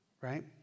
Right